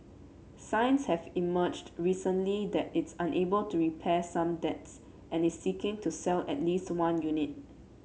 signs have emerged recently that it's unable to repay some debts and is seeking to sell at least one unit